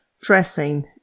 dressing